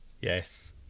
Yes